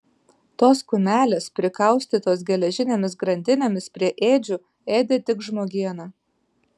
tos kumelės prikaustytos geležinėmis grandinėmis prie ėdžių ėdė tik žmogieną